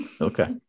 Okay